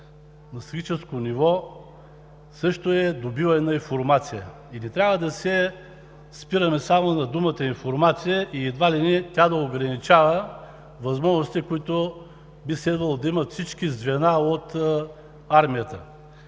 на стратегическо ниво също е добиване на информация. Не трябва да се спираме само на думата „информация“ и едва ли не тя да ограничава възможностите, които би следвало да имат всички звена от Армията.